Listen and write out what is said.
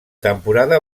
temporada